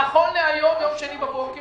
נכון להיום, יום שני בוקר,